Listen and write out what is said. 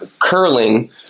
curling